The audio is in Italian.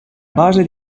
base